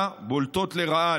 שבה בולטים לרעה,